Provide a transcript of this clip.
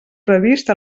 previst